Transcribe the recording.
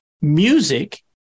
music